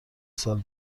سال